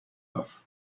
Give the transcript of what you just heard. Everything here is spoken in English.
off